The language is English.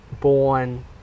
born